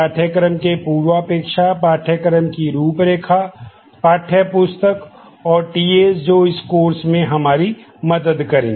So first why do we need databases